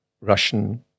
Russian